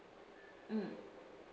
mm